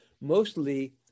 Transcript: mostly